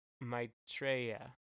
Maitreya